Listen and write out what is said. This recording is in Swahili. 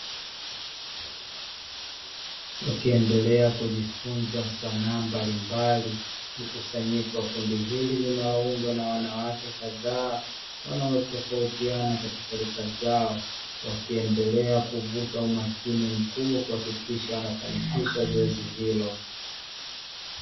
Wakiendelea kujifunza sanaa mbalimbali, mkusanyiko wa kundi hili linaloundwa na wanawake kadhaa wanaotofautiana katika rika zao, wakiendelea kuvuta umakini mkubwa kuhakikisha wanafanikisha zoezi hilo.